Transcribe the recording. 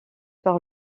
par